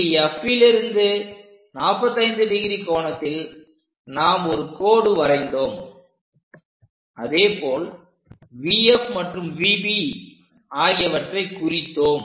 புள்ளி Fலிருந்து 45° கோணத்தில் நாம் ஒரு கோடு வரைந்தோம் அதேபோல் VF மற்றும் VB ஆகியவற்றைக் குறித்தோம்